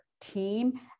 team